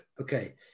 Okay